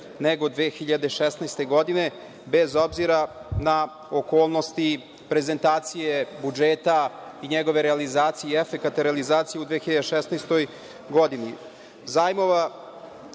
nego 2016. godine, bez obzira na okolnosti prezentacije budžeta, i njegove realizacije i efekata realizacije u 2016. godini. Zajmova